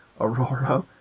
Aurora